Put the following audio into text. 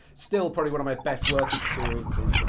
still probably one of my best work experiences.